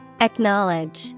Acknowledge